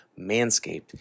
manscaped